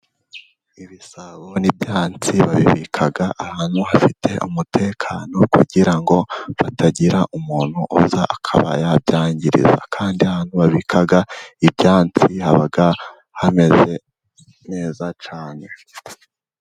Ibisabo n'ibyansi babibika ahantu hafite umutekano, kugira ngo hatagira umuntu uza akaba yabyangiriza, kandi ahantu babika ibyansi haba hameze neza cyane.